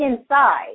inside